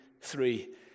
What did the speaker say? three